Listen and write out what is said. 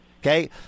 Okay